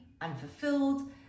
unfulfilled